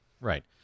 Right